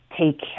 take